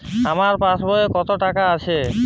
আমার পাসবই এ কত টাকা আছে?